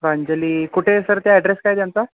प्रांजली कुठे सर त्या ॲड्रेस काय त्यांचा